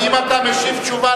אם אתה משיב תשובה,